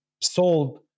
sold